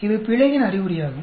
இது பிழையின் அறிகுறியாகும்